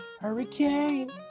hurricane